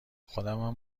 خودمم